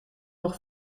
nog